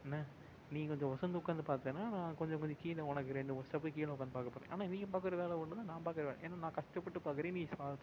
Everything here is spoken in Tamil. என்ன நீ கொஞ்சம் உசந்து உட்காந்து பார்த்தேன்னா நான் கொஞ்சம் கொஞ்சம் கீழே உனக்கு ரெண்டு மூணு ஸ்டெப்புக்கு கீழே உக்காந்து பார்க்கப் போகிறேன் ஆனால் நீங்கள் பார்க்குற வேலை ஒன்று தான் நான் பார்க்குற வேலை ஏன்னா நான் கஷ்டப்பட்டு பார்க்குறேன் நீ சா